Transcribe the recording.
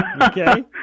Okay